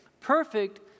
perfect